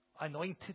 anointed